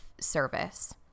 service